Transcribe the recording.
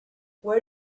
where